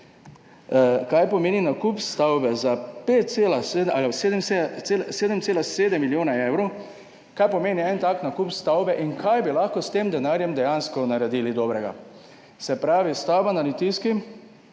kaj pomeni nakup stavbe za 7,7 milijona evrov. Kaj pomeni nek tak nakup stavbe in kaj bi lahko s tem denarjem dejansko naredili dobrega. Se pravi, stavba na Litijski